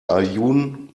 aaiún